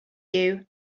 you